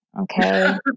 Okay